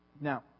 now